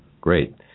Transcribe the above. Great